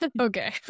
Okay